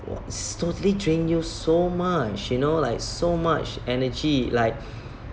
totally drain you so much you know like so much energy like